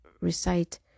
recite